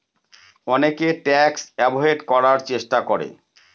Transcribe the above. অনেকে tax avoid করার চেষ্টা করে